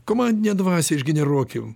komandinę dvasią išgeneruokim